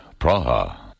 Praha